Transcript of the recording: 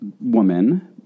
woman